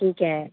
ठीक है